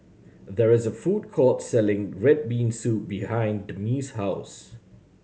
there is a food court selling red bean soup behind Demi's house